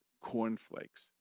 cornflakes